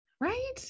Right